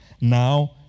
Now